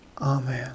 Amen